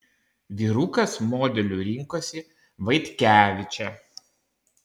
vyrukas modeliu rinkosi vaitkevičę